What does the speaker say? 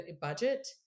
budget